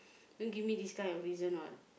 don't give me this kind of reason all